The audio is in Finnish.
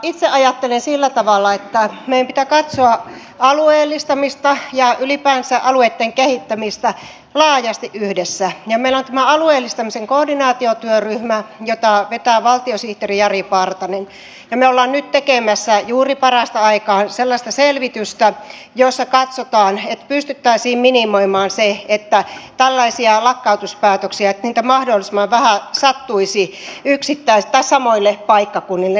itse ajattelen sillä tavalla että meidän pitää katsoa alueellistamista ja ylipäänsä alueitten kehittämistä laajasti yhdessä ja meillä on tämä alueellistamisen koordinaatiotyöryhmä jota vetää valtiosihteeri jari partanen ja me olemme nyt tekemässä juuri parasta aikaa sellaista selvitystä jossa katsotaan että pystyttäisiin minimoimaan niin että tällaisia lakkautuspäätöksiä mahdollisimman vähän sattuisi samoille paikkakunnille